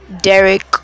derek